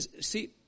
See